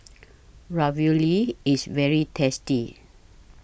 Ravioli IS very tasty